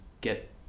get